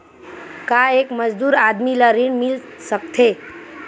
का एक मजदूर आदमी ल ऋण मिल सकथे?